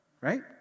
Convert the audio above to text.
Right